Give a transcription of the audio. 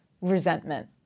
resentment